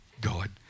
God